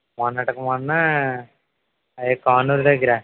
మొన్నటికి మొన్న అదే కానూరు దగ్గర